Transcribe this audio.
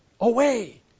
away